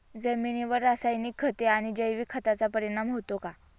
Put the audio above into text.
जमिनीवर रासायनिक खते आणि जैविक खतांचा परिणाम होतो का?